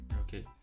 Okay